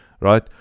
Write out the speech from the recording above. right